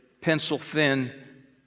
pencil-thin